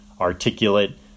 articulate